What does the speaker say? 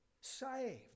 saved